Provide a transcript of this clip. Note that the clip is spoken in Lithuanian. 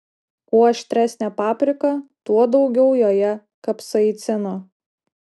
kuo aštresnė paprika tuo daugiau joje kapsaicino